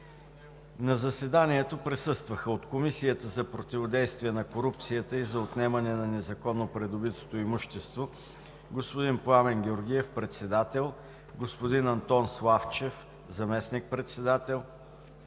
На заседанието присъстваха: от Комисията за противодействие на корупцията и за отнемане на незаконно придобитото имущество: господин Пламен Георгиев – председател, господин Антон Славчев – заместник-председател,